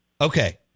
Okay